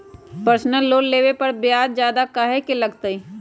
Personal loan लेबे पर ब्याज ज्यादा काहे लागईत है?